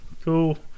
cool